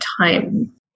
time